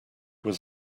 was